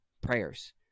prayers